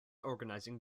organizing